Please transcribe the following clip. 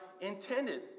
intended